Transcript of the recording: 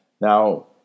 Now